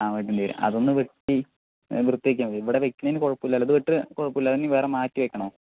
ആ വെട്ടേണ്ടി വരും അതൊന്ന് വെട്ടി വൃത്തിയാക്കിയാ മതി ഇവിടെ വെക്കുന്നതിന് കുഴപ്പം ഇല്ലാലോ ഇത് വെട്ടിയാൽ കുഴപ്പം ഇല്ലാലോ ഇനി വേറെ മാറ്റി വെക്കണോ